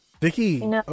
Vicky